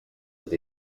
with